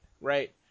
right